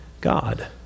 God